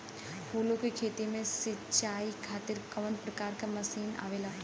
फूलो के खेती में सीचाई खातीर कवन प्रकार के मशीन आवेला?